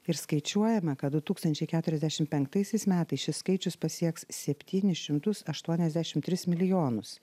ir skaičiuojama kad du tūkstančiai keturiasdešimt penktaisiais metais šis skaičius pasieks septynis šimtus aštuoniasdešimt tris milijonus